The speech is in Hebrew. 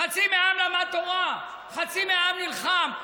חצי מהעם למד תורה, חצי מהעם נלחם.